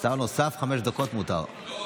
מה קורה?